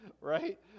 right